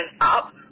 up